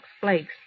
Flakes